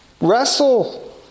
wrestle